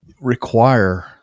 require